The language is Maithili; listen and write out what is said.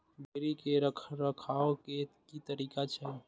बकरी के रखरखाव के कि तरीका छै?